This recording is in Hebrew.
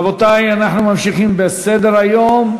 רבותי, אנחנו ממשיכים בסדר-היום.